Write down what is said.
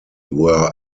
were